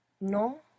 No